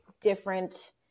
different